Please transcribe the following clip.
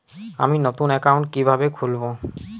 আমি নতুন অ্যাকাউন্ট কিভাবে খুলব?